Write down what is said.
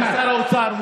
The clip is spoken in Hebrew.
לשר האוצר.